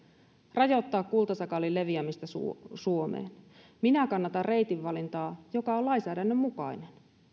rajoittaa kultasakaalin leviämistä suomeen minä kannatan sellaisen reitin valintaa joka on lainsäädännön mukainen